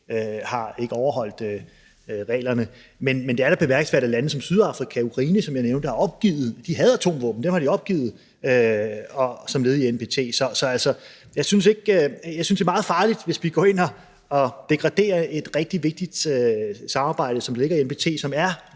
har overholdt reglerne. Men det er da bemærkelsesværdigt, at lande som Sydafrika og Ukraine, som jeg nævnte havde atomvåben, har opgivet dem som led i NPT. Så jeg synes, det er meget farligt, hvis vi går ind og degraderer et rigtig vigtigt samarbejde, som ligger i NPT, som er